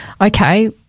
Okay